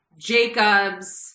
Jacob's